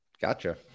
Gotcha